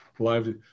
live